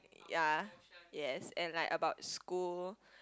ya yes and like about school